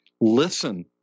listen